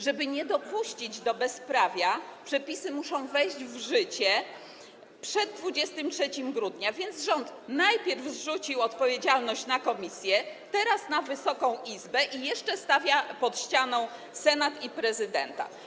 Żeby nie doszło do bezprawia, przepisy muszą wejść w życie przed 23 grudnia, więc rząd najpierw zrzucił odpowiedzialność na komisję, teraz na Wysoką Izbę i jeszcze stawia pod ścianą Senat i prezydenta.